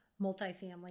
multifamily